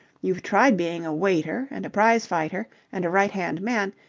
you've tried being a waiter and a prize-fighter and a right-hand man,